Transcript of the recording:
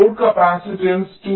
load capacitance 2